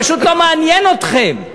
פשוט לא מעניין אתכם.